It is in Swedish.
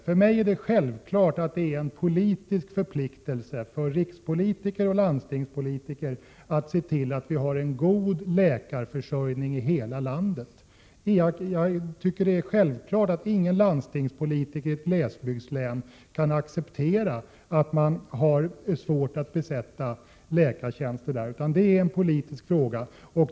För mig är det självklart att det är en politisk förpliktelse för rikspolitiker och landstingspolitiker att se till att vi har en god läkarförsörjning i hela landet. Jag tycker att det är självklart att ingen landstingspolitiker i ett glesbygdslän kan acceptera att läkartjänster år efter år förblir obesatta. Det är en politisk fråga.